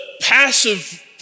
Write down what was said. passive